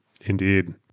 Indeed